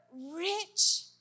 rich